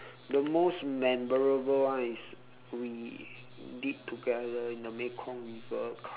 the most memorable one is we dip together in the mekong river